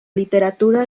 literatura